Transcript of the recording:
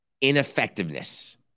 ineffectiveness